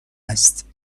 است